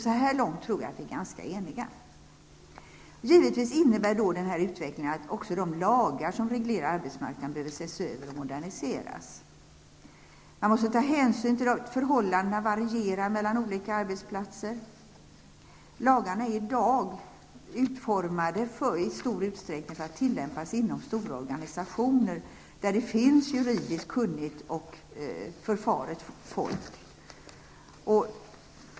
Så här långt tror jag att vi är ganska eniga. Givetvis innebär denna utveckling att också de lagar som reglerar arbetsmarknaden behöver ses över och moderniseras. Hänsyn måste tas till att förhållandena varierar mellan olika arbetsplatser. Lagarna är i dag utformade i stor utsträckning för att tillämpas inom stora organisationer där tillgång finns till juridiskt kunnigt och förfaret folk.